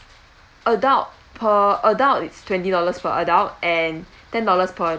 adult per adult it's twenty dollars per adult and ten dollars per